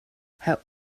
herr